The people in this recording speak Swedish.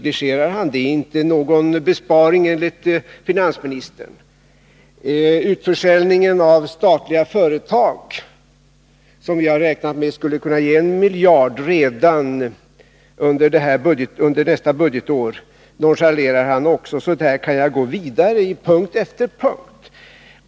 Det är inte någon besparing, enligt finansministern. Utförsäljningen av statliga företag, som enligt vad vi räknat med skulle kunna ge en miljard redan under nästa budgetår, nonchalerar han också. Så här kan jag gå vidare på punkt efter punkt.